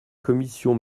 commission